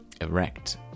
erect